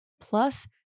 Plus